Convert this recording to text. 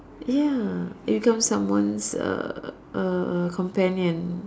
ya become someone's uh uh uh companion